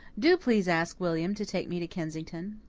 do please ask william to take me to kensington.